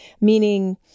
meaning